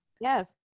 Yes